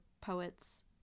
poet's